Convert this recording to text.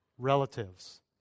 relatives